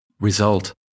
result